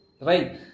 right